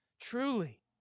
truly